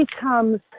becomes